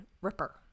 Ripper